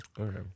Okay